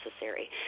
necessary